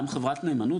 שגם חברת נאמנות,